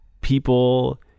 people